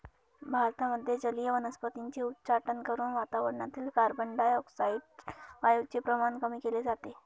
भारतामध्ये जलीय वनस्पतींचे उच्चाटन करून वातावरणातील कार्बनडाय ऑक्साईड वायूचे प्रमाण कमी केले जाते